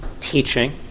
teaching